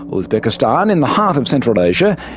uzbekistan, in the heart of central asia,